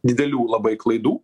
didelių labai klaidų